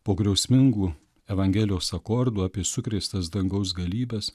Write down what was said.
po griausmingų evangelijos akordų apie sukrėstas dangaus galybes